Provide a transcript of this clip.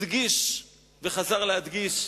הדגיש וחזר להדגיש